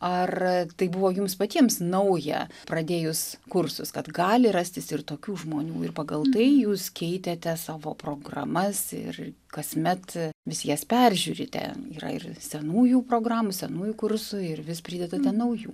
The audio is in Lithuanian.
ar tai buvo jums patiems nauja pradėjus kursus kad gali rastis ir tokių žmonių ir pagal tai jūs keitėte savo programas ir kasmet vis jas peržiūrite yra ir senųjų programų senųjų kursų ir vis pridedate naujų